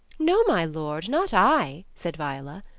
no, my lord, not i, said viola.